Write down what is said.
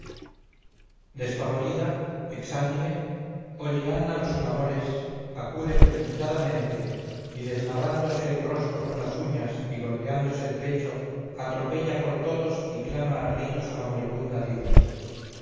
despavorida exánime oye ana los clamores acude precipitadamente y desgarrándose el rostro con las uñas y golpeándose el pecho atropella por todos y llama a gritos a la moribunda dido